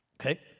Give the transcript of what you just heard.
Okay